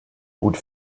gut